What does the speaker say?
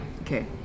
Okay